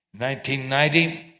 1990